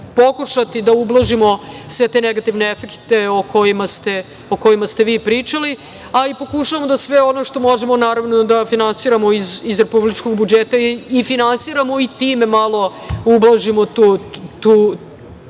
da ublažimo sve te negativne efekte o kojima ste vi pričali, ali pokušavamo da sve ono što možemo, naravno, da finansiramo iz republičkog budžeta i finansiramo i time malo ublažimo tu